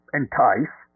entice